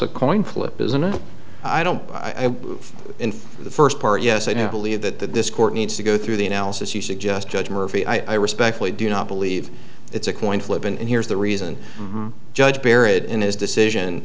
a coin flip isn't it i don't buy in the first part yes i do believe that that this court needs to go through the analysis you suggest judge murphy i respectfully do not believe it's a coin flip and here's the reason judge barrett in his decision